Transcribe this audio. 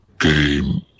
Game